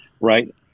right